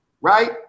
right